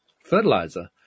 fertilizer